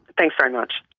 thanks very much.